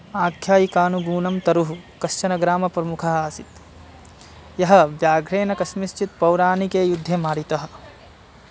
आख्यायिकानुगुणं तरुः कश्चन ग्रामप्रमुखः आसीत् यः व्याघ्रेन कस्मिश्चित् पौराणिके युद्धे मारितः